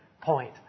point